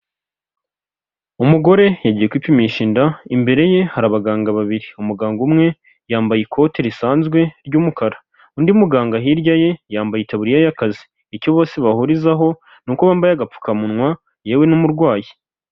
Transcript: Umugore yagiye kwipimisha inda, imbere ye hari abaganga babiri, umuganga umwe yambaye ikote risanzwe ry'umukara, undi muganga hirya ye yambaye itaburiya y'akazi, icyo bose bahurizaho ni uko bambaye agapfukamunwa yewe n'umurwayi.